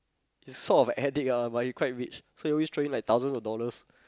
he's sort of addict ah but he quite rich so he always like throwing thousand of dollars